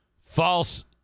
false